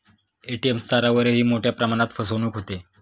ATM स्तरावरही मोठ्या प्रमाणात फसवणूक होते